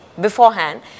beforehand